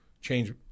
change